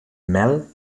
mel